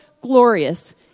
glorious